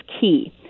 key